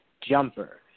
jumper